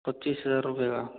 पच्चीस हजार रुपये का